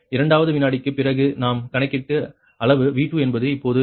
இரண்டாவது வினாடிக்கு பிறகு நாம் கணக்கிட்ட அளவு V2 என்பது இப்போது நான் 2 3